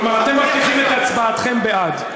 כלומר, אתם מבטיחים את הצבעתכם בעד.